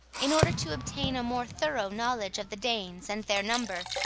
in order to obtain a more thorough knowledge of the danes and their number,